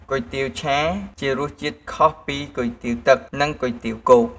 គុយទាវឆាជារសជាតិខុសពីគុយទាវទឹក និងគុយទាវគោក។